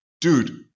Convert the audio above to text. dude